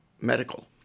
medical